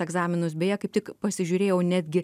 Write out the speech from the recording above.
egzaminus beje kaip tik pasižiūrėjau netgi